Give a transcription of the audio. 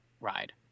ride